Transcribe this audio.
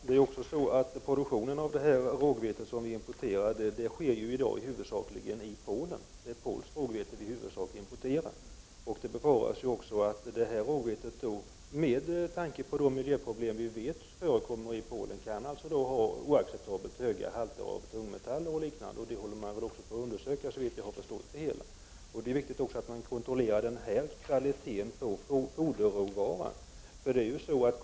Herr talman! Produktionen av det rågvete vi importerar sker huvudsakligen i Polen. Det är alltså polskt rågvete vi importerar. Det befaras då att det rågvete som vi importerar, med tanke på de miljöproblem vi vet förekommer i Polen, kan ha oacceptabelt höga halter av tungmetaller och liknande. Såvitt jag har förstått håller man på att undersöka detta. Det är viktigt att man kontrollerar kvaliteten på denna typ av foderråvara.